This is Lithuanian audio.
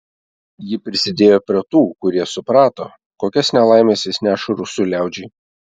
ji prisidėjo prie tų kurie suprato kokias nelaimes jis neša rusų liaudžiai